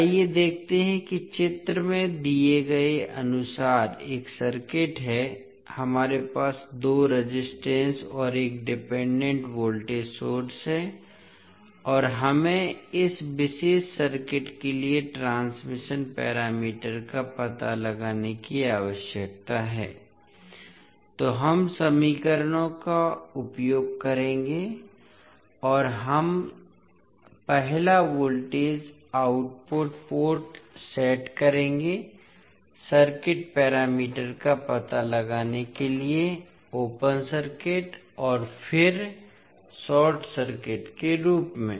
आइए देखते हैं कि चित्र में दिए गए अनुसार एक सर्किट है हमारे पास दो रेजिस्टेंस और एक डिपेंडेंट वोल्टेज सोर्स हैं और हमें इस विशेष सर्किट के लिए ट्रांसमिशन पैरामीटर का पता लगाने की आवश्यकता है तो हम समीकरणों का उपयोग करेंगे और हम पहला वोल्टेज आउटपुट पोर्ट सेट करेंगे सर्किट पैरामीटर का पता लगाने के लिए ओपन सर्किट और फिर शॉर्ट सर्किट के रूप में